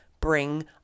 Bring